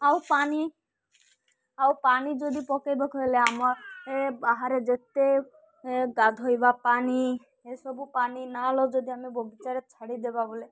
ଆଉ ପାଣି ଆଉ ପାଣି ଯଦି ପକାଇବାକୁ ହେଲେ ଆମ ଏ ବାହାରେ ଯେତେ ଏ ଗାଧୋଇବା ପାଣି ଏସବୁ ପାଣି ନାଳ ଯଦି ଆମେ ବଗିଚାରେ ଛାଡ଼ି ଦେବା ବୋଲେ